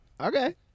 okay